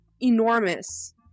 enormous